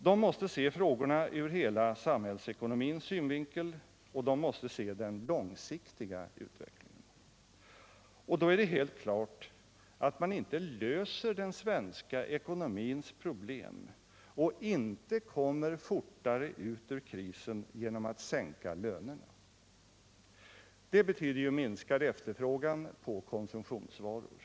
De måste se frågorna ur hela samhällsekonomins synvinkel och de måste se den långsiktiga utvecklingen. Och då är det helt klart att man inte löser den svenska ekonomins problem och inte kommer fortare ut ur krisen genom att sänka lönerna. Det betyder minskad efterfrågan på konsumtionsvaror.